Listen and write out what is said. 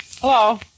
Hello